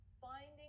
finding